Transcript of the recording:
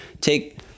take